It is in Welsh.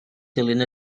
dilyn